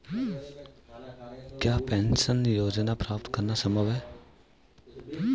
क्या पेंशन योजना प्राप्त करना संभव है?